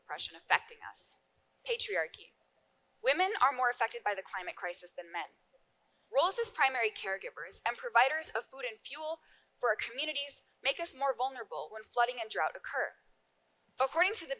oppression affecting us patriarchy women are more affected by the climate crisis than met rose's primary caregivers and providers of food and fuel for communities make us more vulnerable when flooding and drought occur according to the